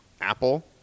Apple